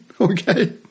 okay